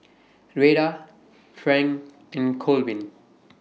Rheta Frank and Colvin